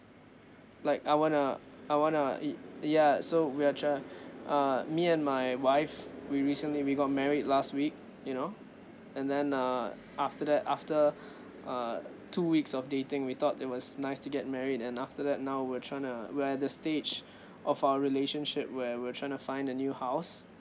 like I wanna I wanna y~ ya so we are try~ err me and my wife we recently we got married last week you know and then uh after that after err two weeks of dating we thought it was nice to get married and after that now we're trying to uh we're at the stage of our relationship where we're trying to find a new house